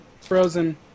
Frozen